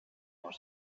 more